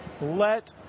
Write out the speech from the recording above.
let